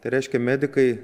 reiškia medikai